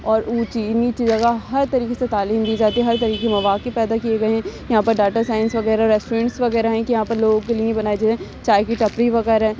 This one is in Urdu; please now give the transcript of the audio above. اور اونچی نیچی جگہ ہر طریقے سے تعلیم دی جاتی ہے ہر طریقے کے مواقع پیدا کیے گئے ہیں یہاں پہ ڈاٹا سائنس وغیرہ ریسٹورینٹس وغیرہ ہیں کہ یہاں پہ لوگوں کے لیے بنائے جائیں چائے کی ٹپری وغیرہ